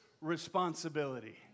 responsibility